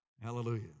Hallelujah